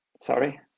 sorry